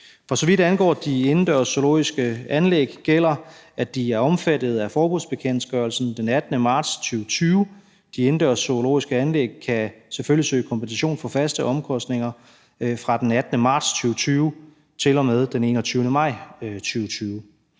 For så vidt angår de indendørs zoologiske anlæg gælder det, at de er omfattet af forbudsbekendtgørelsen den 18. marts 2020. De indendørs zoologiske anlæg kan selvfølgelig søge kompensation for faste omkostninger fra den 18. marts 2020 til og med den 21. maj 2020.